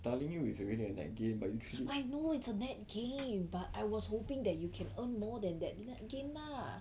telling you it's already a net gain but